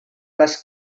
les